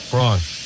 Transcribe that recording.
Wrong